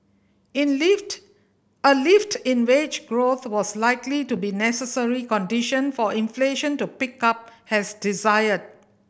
in lift a lift in wage growth was likely to be necessary condition for inflation to pick up has desired